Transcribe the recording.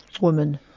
woman